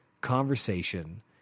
conversation